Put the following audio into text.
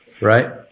Right